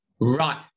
right